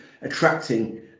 attracting